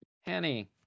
hanny